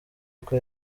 uko